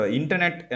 internet